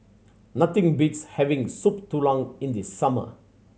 nothing beats having Soup Tulang in the summer